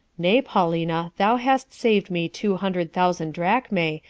nay, paulina, thou hast saved me two hundred thousand drachmae,